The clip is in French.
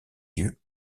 yeux